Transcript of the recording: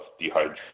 dehydration